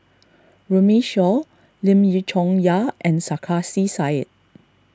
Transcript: Runme Shaw Lim Chong Yah and Sarkasi Said